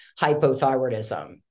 hypothyroidism